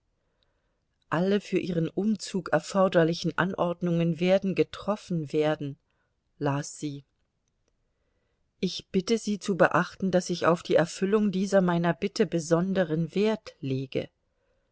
alle für ihren umzug erforderlichen anordnungen werden getroffen werden las sie ich bitte sie zu beachten daß ich auf die erfüllung dieser meiner bitte besonderen wert lege